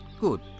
Good